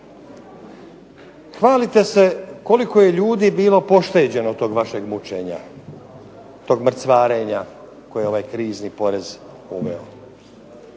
Hvalite se koliko je ljudi bilo pošteđeno tog vašeg mučenja, tog mrcvarenja koje je ovaj krizni porez uveo.